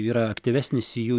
yra aktyvesnis jų